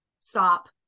Stop